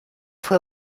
fue